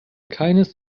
keines